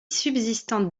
subsistante